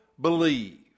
believe